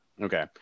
okay